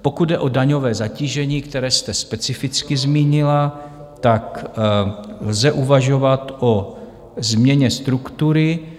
Pokud jde o daňové zatížení, které jste specificky zmínila, lze uvažovat o změně struktury.